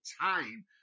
time